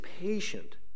patient